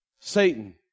Satan